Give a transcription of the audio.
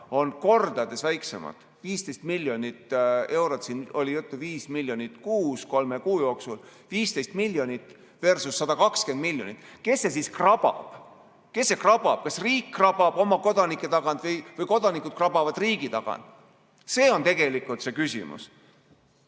on kordades väiksemad, 15 miljonit eurot – siin oli juttu 5 miljonist kuus kolme kuu jooksul –, 15 miljonitversus120 miljonit. Kes see siis krabab? Kes see krabab, kas riik krabab oma kodanike tagant või kodanikud krabavad riigi tagant? See on tegelikult see küsimus.